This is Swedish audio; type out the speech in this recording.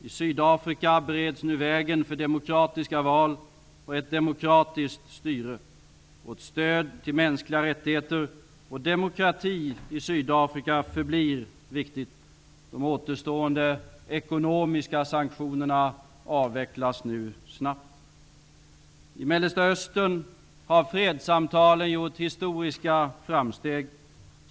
I Sydafrika bereds nu vägen för demokratiska val och ett demokratiskt styre. Vårt stöd till mänskliga rättigheter och demokrati i Sydafrika förblir viktigt. De återstående ekonomiska sanktionerna avvecklas nu snabbt. I Mellersta Östern har fredssamtalen gjort historiska framsteg.